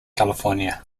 california